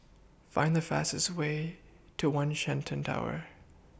Find The fastest Way to one Shenton Tower